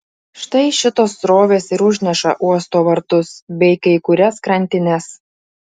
štai šitos srovės ir užneša uosto vartus bei kai kurias krantines